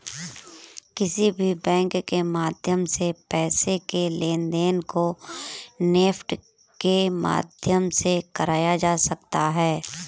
किसी भी बैंक के माध्यम से पैसे के लेनदेन को नेफ्ट के माध्यम से कराया जा सकता है